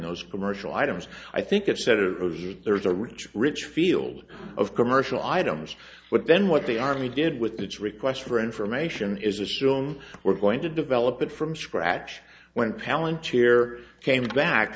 those commercial items i think it said or view there's a rich rich field of commercial items but then what the army did with its requests for information is assume we're going to develop it from scratch when palin tear came back